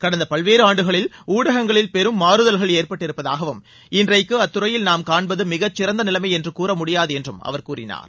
கடந்த பல்வேறு ஆண்டுகளில் ஊடகங்களில் பெரும் மாறுதல்கள் ஏற்பட்டு இருப்பதாகவும் இன்றைக்கு அத்துறையில் நாம் காண்பது மிகச்சிறந்த நிலைமை என கூற முடியாது என்றம் அவர் கூறினார்